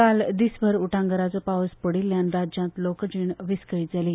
काल दीसभर उटंगाराचो पावस पडिल्ल्यान राज्यांत लोकजीण विस्कळीत जाली